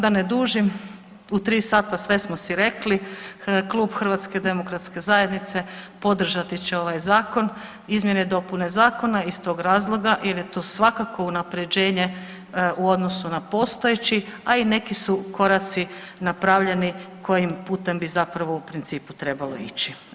Da ne dužim, u 3 sata sve smo si rekli, Klub HDZ-a podržati će ovaj zakon, izmjene i dopune zakona iz tog razloga jer je to svakako unaprjeđenje u odnosu na postojeći, a i neki su koraci napravljeni kojim putem bi zapravo u principu trebalo ići.